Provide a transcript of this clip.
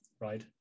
right